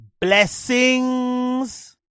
blessings